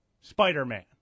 Spider-Man